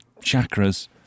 chakras